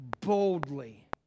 boldly